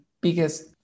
biggest